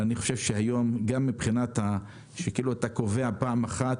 אני חושב שהיום גם מבחינת זה שכאילו אתה קובע פעם אחת,